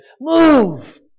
Move